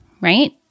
right